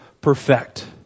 perfect